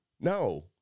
No